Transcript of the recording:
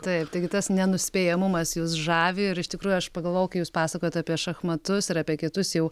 taip taigi tas nenuspėjamumas jus žavi ir iš tikrųjų aš pagalvojau kai jūs pasakojot apie šachmatus ir apie kitus jau